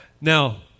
Now